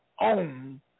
own